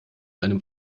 einem